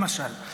למשל,